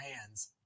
hands